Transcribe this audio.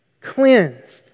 Cleansed